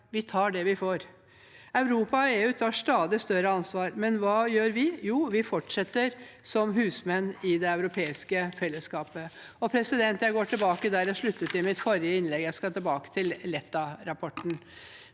Vi tar det vi får. Europa og EU tar stadig større ansvar, men hva gjør vi? Jo, vi fortsetter som husmenn i det europeiske fellesskapet. Jeg går tilbake til der jeg sluttet i mitt forrige innlegg. Jeg skal tilbake til Letta-rapporten.